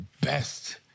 best